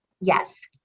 Yes